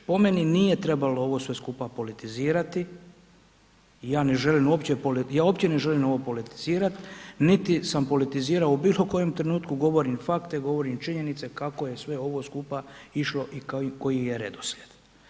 Po meni nije trebalo ovo sve skupa politizirati, ja ne uopće želim ovo politizirat, niti sam politizirao u bilokojem trenutku, govorim fakte, govorim činjenice kako je sve ovo skupa išlo i koji je redoslijed.